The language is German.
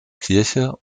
kirche